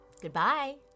Goodbye